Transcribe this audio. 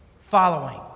following